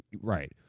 Right